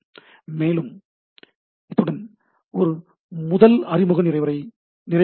எனவே இத்துடன் முதல் அறிமுக உரையை நிறைவு செய்வோம்